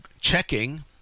checking